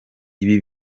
ibi